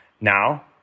Now